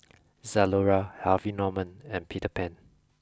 Zalora Harvey Norman and Peter Pan